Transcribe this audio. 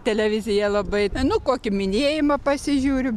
televizija labai nu kokį minėjimą pasižiūriu